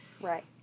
Right